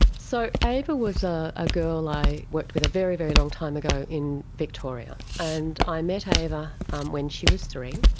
so ava was ah a girl i worked with a very, very long time ago in victoria. and i met ava when she was three,